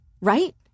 right